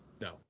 No